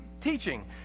teaching